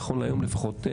נכון להיום לפחות,